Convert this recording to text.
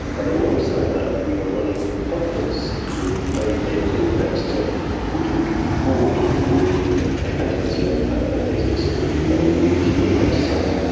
and alongside that we are running a conference in early april in exeter which will be for people with aphantasia and hyperphantasia. so it will be a kind of community building exercise.